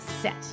set